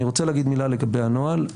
אני רוצה להגיד מילה לגבי הנוהל.